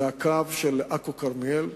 הקו של עכו כרמיאל,